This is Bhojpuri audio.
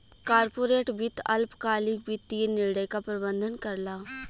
कॉर्पोरेट वित्त अल्पकालिक वित्तीय निर्णय क प्रबंधन करला